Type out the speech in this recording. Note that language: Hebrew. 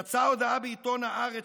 יצאה הודעה בעיתון הארץ,